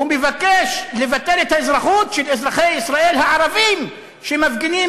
הוא מבקש לבטל את האזרחות של אזרחי ישראל הערבים שמפגינים